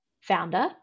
founder